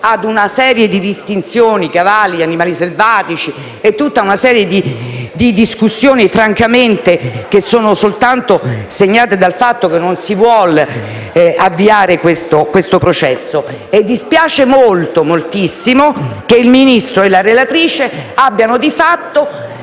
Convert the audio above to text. a una serie di distinzioni (cavalli, animali selvatici) e di discussioni che francamente sono soltanto segnate dal fatto che non si vuol avviare questo processo; in questo senso dispiace molto, moltissimo che il Ministro e la relatrice abbiano di fatto